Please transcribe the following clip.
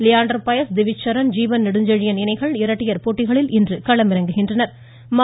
லியாண்டர்பயஸ் திவிஜ்சரண் ஜீவன்நெடுஞ்செழியன் இணைகள் இரட்டையர் போட்டிகளில் இன்று களமிறங்குகின்றனர்